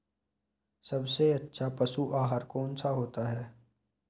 सबसे अच्छा पशु आहार कौन सा होता है?